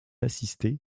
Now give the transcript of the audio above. assisté